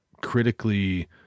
critically